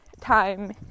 time